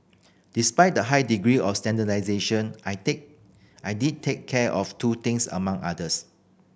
despite the high degree of standardisation I take I did take care of two things among others